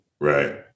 right